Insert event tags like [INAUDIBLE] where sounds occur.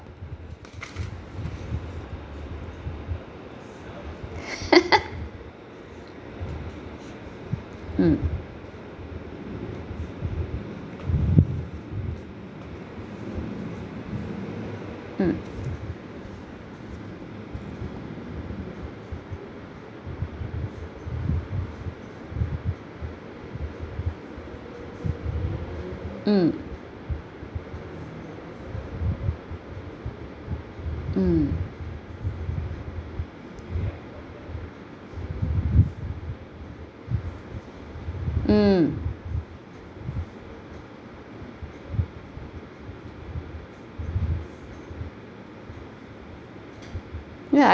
[LAUGHS] mm mm mm mm mm ya I